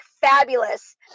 fabulous